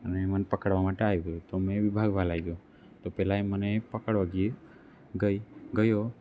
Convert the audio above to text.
અને મને પકડવા માટે આવ્યો તો મેં બી ભાગવા લાગ્યો પહેલા એ મને પકડવા ગઈ ગયો હતો